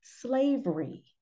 slavery